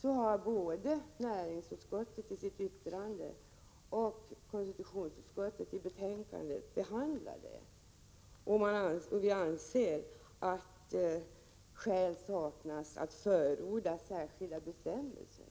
framhålla att både näringsutskottet i sitt yttrande och konstitutionsutskottet i betänkandet harbehandlat den frågan, och vi anser att skäl saknas att förorda särskilda bestämmelser.